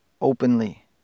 openly